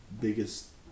biggest